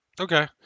Okay